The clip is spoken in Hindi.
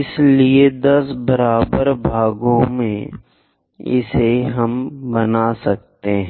इसलिए 10 बराबर हिस्से हम इस तरफ बनाने जा रहे हैं